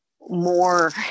more